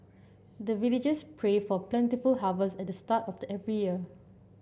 the villagers pray for plentiful harvest at the start of the every year